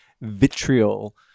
vitriol